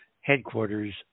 headquarters